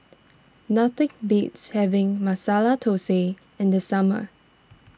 nothing beats having Masala Thosai in the summer